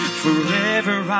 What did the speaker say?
forever